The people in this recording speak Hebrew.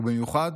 ובמיוחד